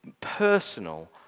Personal